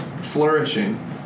flourishing